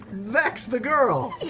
vex, the girl.